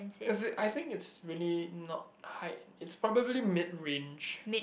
as in I think it's really not height it's probably mid range